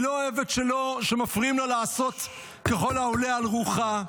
היא לא אוהבת שמפריעים לה לעשות ככל העולה על רוחה.